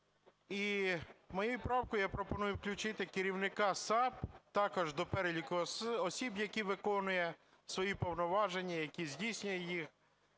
моєю правкою я пропоную включити керівника САП також до переліку осіб, які виконує свої повноваження, які здійснює їх,